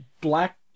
black